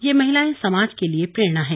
ये महिलाएं समाज के लिए प्रेरणा हैं